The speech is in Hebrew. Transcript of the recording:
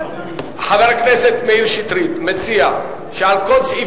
חבר הכנסת מאיר שטרית מציע שעל כל סעיף